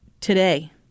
today